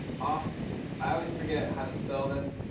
off i always forget how to spell this.